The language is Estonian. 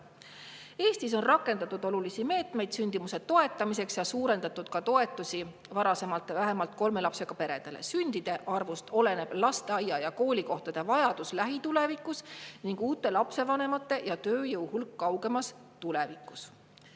Eestis on rakendatud olulisi meetmeid sündimuse toetamiseks ja varasemalt suurendati ka toetusi vähemalt kolme lapsega peredele. Sündide arvust oleneb lasteaia‑ ja koolikohtade vajadus lähitulevikus ning uute lapsevanemate ja tööjõu hulk kaugemas tulevikus.